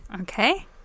Okay